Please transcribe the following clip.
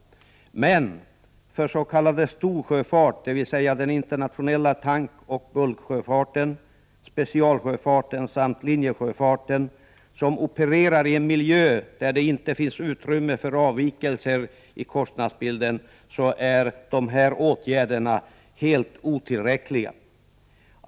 För s.k. storsjöfart, dvs. den internationella tankoch bulksjöfarten, specialsjöfarten samt linjesjöfarten, som opererar i en miljö där det inte finns utrymme för avvikelser i kostnadsbilden, är åtgärderna helt otillräckliga.